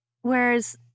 Whereas